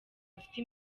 bafite